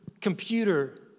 computer